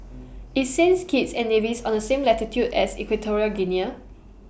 IS Saints Kitts and Nevis on The same latitude as Equatorial Guinea